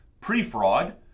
pre-fraud